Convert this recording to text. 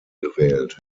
gewählt